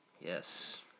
Yes